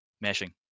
Mashing